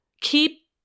keep